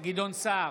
גדעון סער,